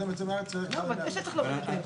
כשהוא יוצא הוא צריך לשלם 145 שקלים?